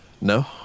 No